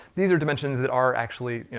these are dimension that are actually,